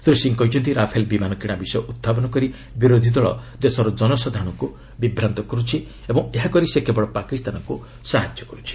ଶ୍ରୀ ସିଂହ କହିଛନ୍ତି ରାଫେଲ ବିମାନ କିଣା ବିଷୟ ଉତ୍ଥାପନ କରି ବିରୋଧୀ ଦଳ ଦେଶର ଜନସାଧାରଣଙ୍କୁ ବିଭ୍ରାନ୍ତ କରୁଛି ଓ ଏହା କରି ସେ କେବଳ ପାକିସ୍ତାନକୁ ସାହାଯ୍ୟ କରୁଛି